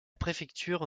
préfecture